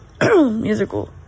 musical